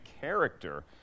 character